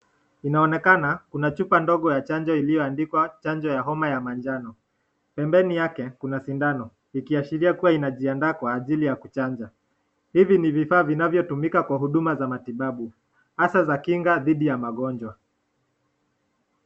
Inaonekana kuna chupa ndogo ya chanjo iliyoandikwa chanjo ya homa ya manjano. Pembeni yake kuna sindano, ikiashiria kuwa inajiandaa kwa ajili ya kuchanja. Hivi ni vifaa vinavyotumika kwa huduma za matibabu, hasa za kinga dhidi ya magonjwa.